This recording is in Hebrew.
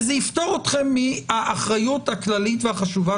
וזה יפטור אתכם מהאחריות הכללית והחשובה